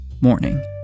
morning